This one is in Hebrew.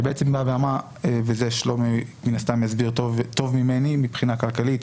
שבעצם אמרה ושלומי מן הסתם יסביר טוב ממני מבחינה כלכלית,